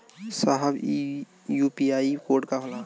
साहब इ UPI code का होला?